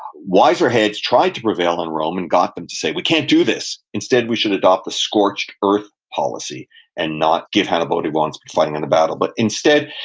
wiser heads tried to prevail in rome and got them to say, we can't do this. instead, we should adopt the scorched earth policy and not give hannibal what he wants by fighting in a battle. but instead,